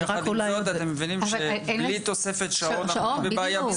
אתם מבינים שבלי תוספת שעות אנחנו בבעיה.